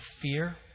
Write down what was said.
fear